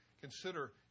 consider